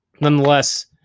nonetheless